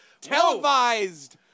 Televised